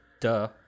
Duh